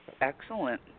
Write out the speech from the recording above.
Excellent